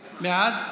בעד.